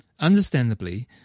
Understandably